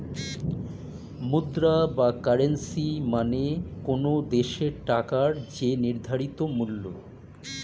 মুদ্রা বা কারেন্সী মানে কোনো দেশের টাকার যে নির্ধারিত মূল্য